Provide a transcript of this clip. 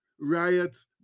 riots